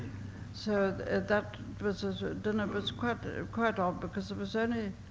so that was, ah dinner was quite ah quite odd, because there was only,